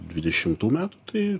dvidešimtų metų tai